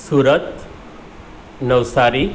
Surat Navsari